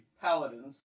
paladins